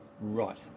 Right